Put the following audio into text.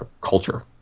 culture